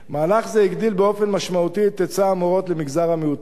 מהלך זה הגדיל באופן משמעותי את ההיצע למורות במגזר המיעוטים.